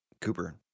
Cooper